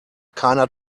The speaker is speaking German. keiner